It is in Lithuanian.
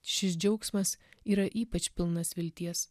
šis džiaugsmas yra ypač pilnas vilties